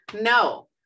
no